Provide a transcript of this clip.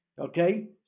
okay